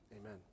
amen